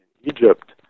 Egypt